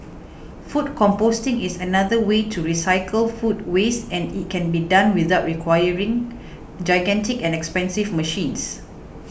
food composting is another way to recycle food waste and it can be done without requiring gigantic and expensive machines